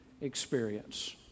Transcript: experience